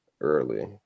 early